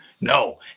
no